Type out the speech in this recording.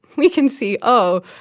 we can see, oh,